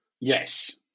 Yes